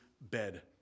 bed